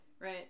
Right